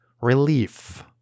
relief